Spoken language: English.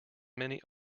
many